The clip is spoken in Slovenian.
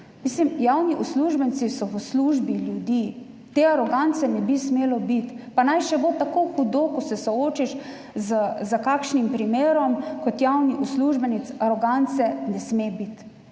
Javni uslužbenci so v službi ljudi, te arogance ne bi smelo biti. Pa naj bo še tako hudo, ko se soočiš s kakšnim primerom kot javni uslužbenec, arogance ne sme biti.